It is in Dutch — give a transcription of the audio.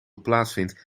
plaatsvindt